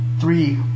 Three